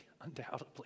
undoubtedly